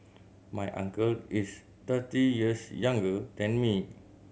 my uncle is thirty years younger than me